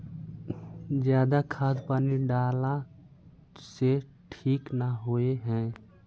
ज्यादा खाद पानी डाला से ठीक ना होए है?